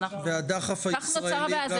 כך נוצרה הבעיה.